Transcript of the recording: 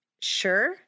Sure